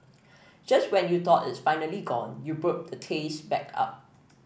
just when you thought it's finally gone you burp the taste back up